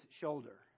shoulder